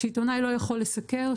כשעיתונאי לא יכול לסקר,